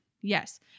Yes